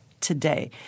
today